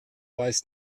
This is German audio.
weiß